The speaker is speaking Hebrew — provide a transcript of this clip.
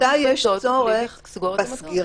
מתי יש צורך בסגירה,